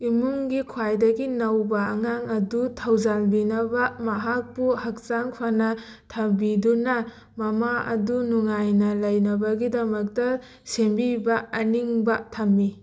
ꯏꯃꯨꯡꯒꯤ ꯈ꯭ꯋꯥꯏꯗꯒꯤ ꯅꯧꯕ ꯑꯉꯥꯡ ꯑꯗꯨ ꯊꯧꯖꯥꯜꯕꯤꯅꯕ ꯃꯍꯥꯛꯄꯨ ꯍꯛꯆꯥꯡ ꯐꯅ ꯊꯝꯕꯤꯗꯨꯅ ꯃꯃꯥ ꯑꯗꯨ ꯅꯨꯡꯉꯥꯏꯅ ꯂꯩꯅꯕꯒꯤꯗꯃꯛꯇ ꯁꯦꯝꯕꯤꯕ ꯑꯅꯤꯡꯕ ꯊꯝꯃꯤ